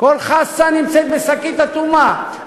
כל חסה נמצאת בשקית אטומה.